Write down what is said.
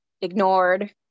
ignored